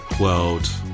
world